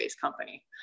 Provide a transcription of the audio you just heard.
company